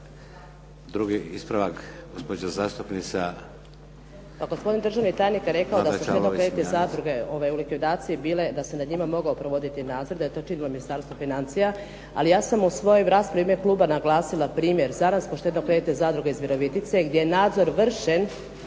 Smiljanec, Nada (SDP)** Pa gospodin državni tajnik je rekao da su štedno-kreditne zadruge u likvidaciji bile, da se nad njima mogao provoditi nadzor, da je to činilo Ministarstvo financija, ali ja sam u svojoj raspravi u ime kluba naglasila primjer … /Govornica se ne razumije./ … kod štedno-kreditne zadruge iz Virovitice gdje je nadzor vršen,